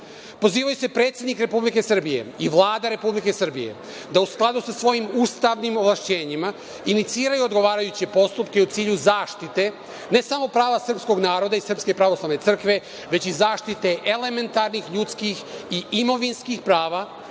se predsednik Republike Srbije i Vlada Republike Srbije da u skladu sa svojim ustavnim ovlašćenjima iniciraju odgovarajuće postupke u cilju zaštite, ne samo prava srpskog naroda i SPC, već i zaštite elementarnih ljudskih i imovinskih prava